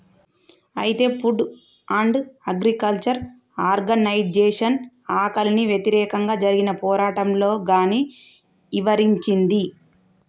అయితే food and agriculture organisation ఆకలికి వ్యతిరేకంగా జరిగిన పోరాటంలో గాన్ని ఇవరించింది